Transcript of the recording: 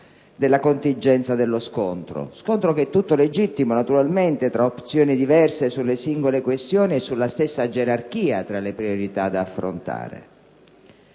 dalla contingenza dello scontro. Scontro che è tutto legittimo, naturalmente, tra opzioni diverse sulle singole questioni e sulla stessa gerarchia tra le priorità da affrontare.